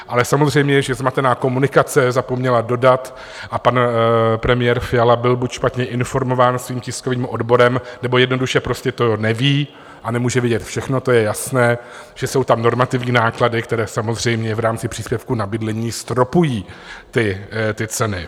Ale samozřejmě že zmatená komunikace zapomněla dodat, a pan premiér Fiala byl buď špatně informován svým tiskovým odborem, nebo jednoduše prostě to neví, a nemůže vědět všechno, to je jasné, že jsou tam normativní náklady, které samozřejmě v rámci příspěvku na bydlení stropují ty ceny.